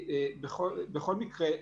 בכל מקרה,